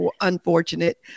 unfortunate